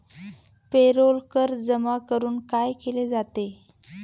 Payroll कर जमा करून काय केले जाते?